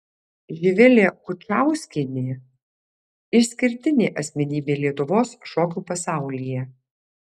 živilė kučauskienė išskirtinė asmenybė lietuvos šokių pasaulyje